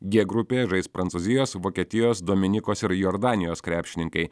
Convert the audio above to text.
g grupėje žais prancūzijos vokietijos dominikos ir jordanijos krepšininkai